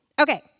Okay